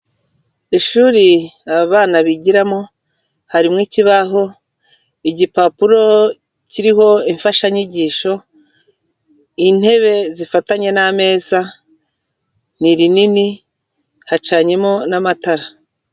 Ishuri aba bana bigiramo harimo ikibaho, igipapuro kiriho imfashanyigisho, intebe zifatanye n'ameza, ni rinini, hacanyemo n'amatara.